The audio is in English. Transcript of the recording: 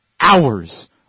hours